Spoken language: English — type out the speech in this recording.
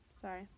sorry